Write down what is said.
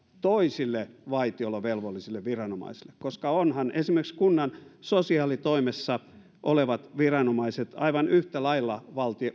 toisille vaitiolovelvollisille viranomaisille koska ovathan esimerkiksi kunnan sosiaalitoimessa olevat viranomaiset aivan yhtä lailla